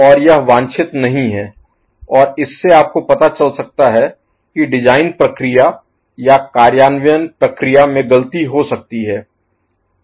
और यह वांछित नहीं है और इससे आपको पता चल सकता है कि डिजाइन प्रक्रिया या कार्यान्वयन प्रक्रिया में गलती हो सकती है